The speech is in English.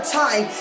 time